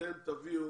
ותביאו